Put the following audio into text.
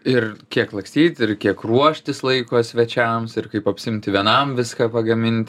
ir kiek lakstyt ir kiek ruoštis laiko svečiams ir kaip apsiimti vienam viską pagamint